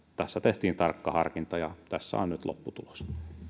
tässä tehtiin tarkka harkinta ja tässä on nyt lopputulos